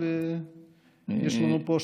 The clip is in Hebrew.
סמכויות מיוחדות להתמודדות עם נגיף הקורונה החדש (הוראת שעה)